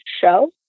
show